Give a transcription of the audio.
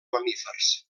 mamífers